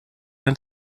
ein